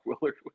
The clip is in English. Willard